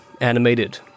animated